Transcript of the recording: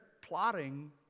plotting